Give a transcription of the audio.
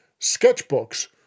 sketchbooks